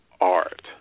art